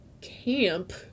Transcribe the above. camp